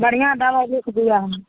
बढ़िआँ दवाइ लिखि दिअऽ हमरा